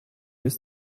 ist